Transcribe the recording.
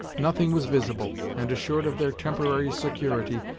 nothing was visible, and assured of their temporary security,